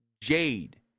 jade